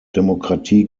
demokratie